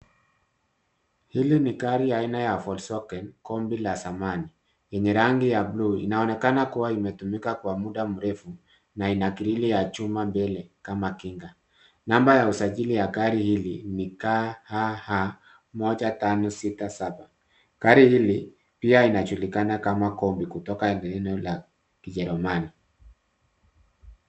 Hili ni gari aina ya Voxy wageni kombi ya zamani yenye rangi ya bluu. Inaonekana kuwa imetumika kwa muda mrefu na ina grili ya chuma mbili kama kinga. Namba ya Usajili la gari hili ni KHH 1567.Gari hili pia linajulikana kama Kobi kutoka eneo la ujerumani.